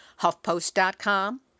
HuffPost.com